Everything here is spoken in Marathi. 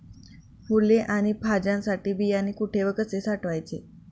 फुले आणि भाज्यांसाठी बियाणे कुठे व कसे साठवायचे?